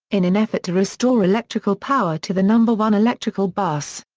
in an effort to restore electrical power to the number one electrical bus.